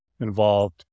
involved